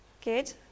Good